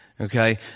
Okay